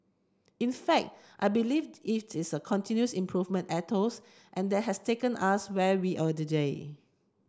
in fact I believe it is a continuous improvement ethos and that has taken us where we are today